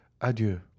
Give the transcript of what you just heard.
adieu